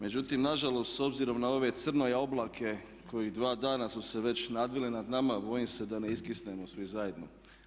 Međutim nažalost s obzirom na ove Crnoja oblake koji dva dana su se već nadvili nad nama bojim se da ne iskisnemo svi zajedno.